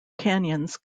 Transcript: canyons